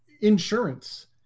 insurance